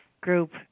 group